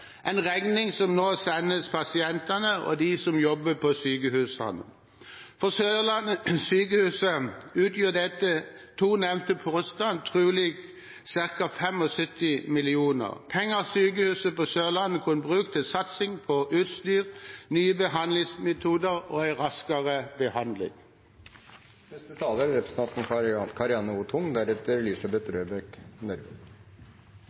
en regning som nå sendes pasientene og dem som jobber på sykehusene. På Sørlandet sykehus utgjør dette trolig ca. 75 mill. kr, penger som sykehuset kunne brukt til satsing på utstyr, nye behandlingsmetoder og raskere behandling. Jeg er